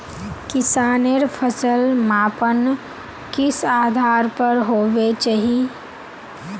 किसानेर फसल मापन किस आधार पर होबे चही?